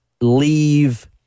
leave